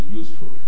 useful